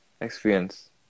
experience